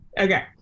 Okay